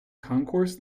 concourse